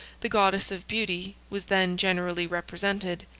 the goddess of beauty, was then generally represented.